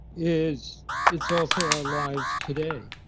is it's also our lives today.